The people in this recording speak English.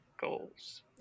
goals